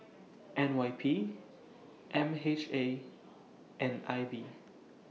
N Y P M H A and I B